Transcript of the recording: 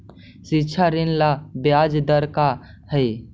शिक्षा ऋण ला ब्याज दर का हई?